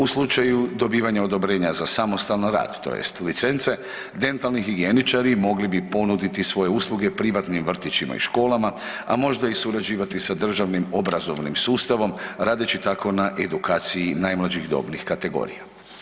U slučaju dobivanja odobrenja za samostalan rad tj. licence dentalni higijeničari mogli bi ponuditi svoje usluge privatnim vrtićima i školama, a možda i surađivati sa državnim obrazovnim sustavom radeći tako na edukaciji najmlađih dobnih kategorija.